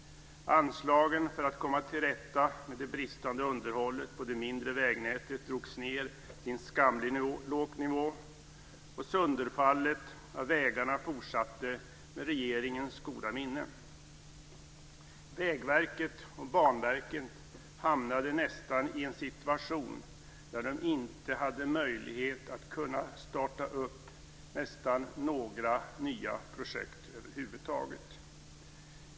Anslagen för att komma till rätta med det bristande underhållet på det mindre vägnätet drogs ned till en skamligt låg nivå, och sönderfallet av vägarna fortsatte med regeringens goda minne. Vägverket och Banverket hamnade i en situation där de nästan inte hade möjlighet att starta några nya projekt över huvud taget.